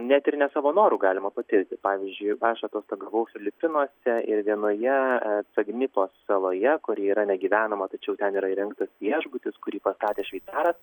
net ir ne savo noru galima patirti pavyzdžiui aš atostogavau filipinuose ir vienoje sagnipos saloje kuri yra negyvenama tačiau ten yra įrengtas viešbutis kurį pastatė šveicaras